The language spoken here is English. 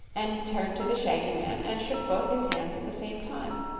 and turned to the shaggy man and shook both his hands at the same time.